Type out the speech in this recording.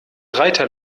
reiter